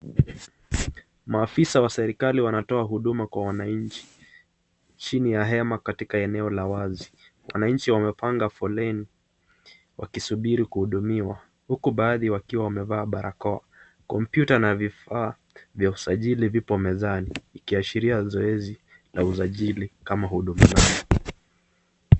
Maafisa wa serikali wanatoa huduma kwa wananchi, chini ya hema katika eneo la wazi. Wananchi wamepanga foleni wakisubiri kuhudumiwa, huku baadhi wakiwa wamevaa barakoa, kompyuta na vifaa vya usajili vipo mezani ikiashiria zoezi ya usajili kama huduma namba.